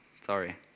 Sorry